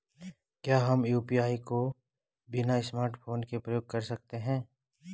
क्या हम यु.पी.आई को बिना स्मार्टफ़ोन के प्रयोग कर सकते हैं?